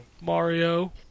Mario